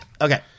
Okay